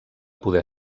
poder